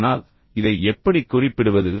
ஆனால் இதை எப்படிக் குறிப்பிடுவது